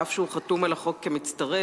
שאף שהוא חתום על החוק כמצטרף